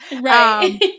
Right